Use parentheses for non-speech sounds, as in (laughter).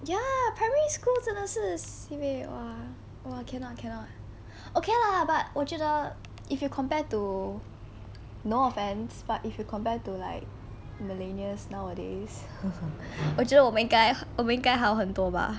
ya primary school 真的是 sibeh !wah! !wah! cannot cannot okay lah but 我觉得 if you compare to no offense but if you compared to like millennials nowadays (laughs) 我觉得我们应该应该好很多吧